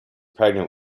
pregnant